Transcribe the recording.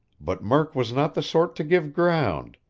but murk was not the sort to give ground.